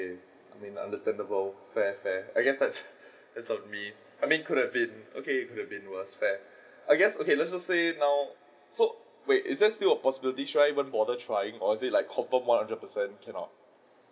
I mean understandable fair fair I can I mean could have been okay worse fair I guess let's just say now so wait is there still a possibility should I even bother trying or is it like confirmed one hundred percent cannot